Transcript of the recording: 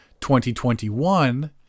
2021